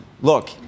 Look